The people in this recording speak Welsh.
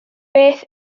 beth